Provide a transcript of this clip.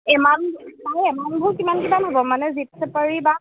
amount মানে এমাউণ্টবোৰ কিমান কিমান হ'ব মানে জীপ চাফাৰী বা